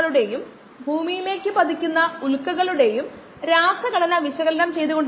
വെള്ളം തീർന്നുപോയാൽ ദൈനംദിന ആവശ്യങ്ങൾക്കായി വെള്ളം ലഭിക്കുന്നതിന് വാട്ടർ ടാങ്കറുകൾ ഉപയോഗിക്കുന്നു